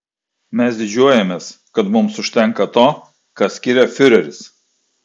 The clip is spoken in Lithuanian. mes didžiuojamės kad mums užtenka to ką skiria fiureris